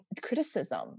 criticism